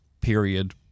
period